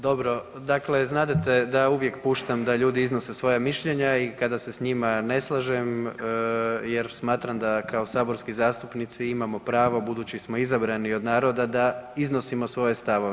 Dobro, dakle znadete da uvijek puštam da ljudi iznose svoja mišljenja i kada se s njima ne slažem jer smatram da kao saborski zastupnici imamo pravo budući smo izabrani od naroda da iznosimo svoje stavove.